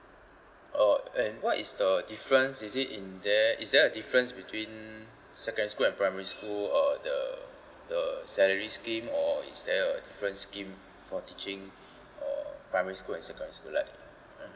uh and what is the difference is it in there is there a difference between secondary school and primary school uh the the salary scheme or is there a different scheme for teaching uh primary school and secondary school like mm